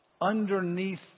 underneath